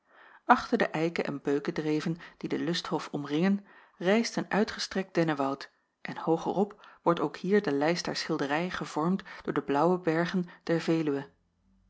achter de eike en beukedreven die den lusthof omringen rijst een uitgestrekt dennewoud en hooger op wordt ook hier de lijst der schilderij gevormd door de blaauwe bergen der veluwe